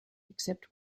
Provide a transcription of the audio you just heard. except